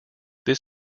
this